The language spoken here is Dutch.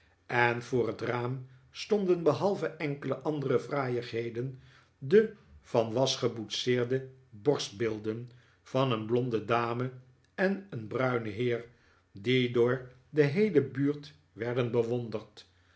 en voor het raam stonden behalve enkele andere fraaiigheden de van was geboetseerde borstbeelden van een blonde dame en een bruinen heer die door de heele buurt werden bewonderd